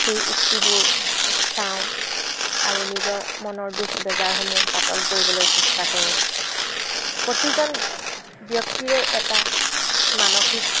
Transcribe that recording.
সেই উক্তিবোৰ চাওঁ আৰু নিজৰ মনৰ দুখ বেজাৰসমূহ পাতল কৰিবলৈ চেষ্টা কৰোঁ প্ৰতিজন ব্যক্তিৰে এটা মানসিক